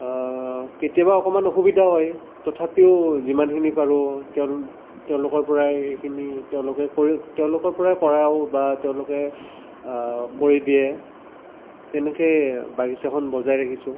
কেতিয়াবা অকণমান অসুবিধা হয় তথাপিও যিমানখিনি পাৰোঁ তেওঁ তেওঁলোকৰ পৰাই সেইখিনি তেওঁলোকে কৰে তেওঁলোকৰ পৰাই কৰাও বা তেওঁলোকে কৰি দিয়ে তেনেকৈ বাগিছাখন বজাই ৰাখিছোঁ